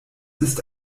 ist